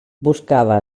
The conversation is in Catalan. buscava